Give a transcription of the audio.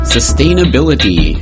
Sustainability